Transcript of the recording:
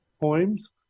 poems